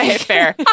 fair